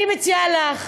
אני מציעה לך